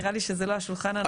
נראה לי שזה לא השולחן הנכון.